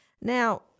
Now